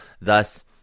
Thus